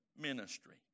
ministry